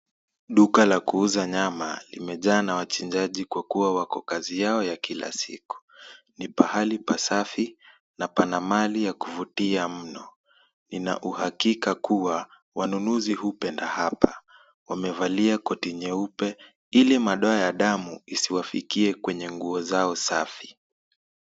Duka la kuuza nyama limejaa na wachinjaji kwa kuwa wako kwa kazi yao ya kila siku. Ni pahali pasafi na pana mali ya kuvutia mno. Nina uhakika kuwa wanunuzi hupenda hapa. Wamevalia koti nyeupe ili madoa ya damu isiwafikie kwenye nguo zao safi.